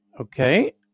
Okay